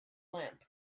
lamp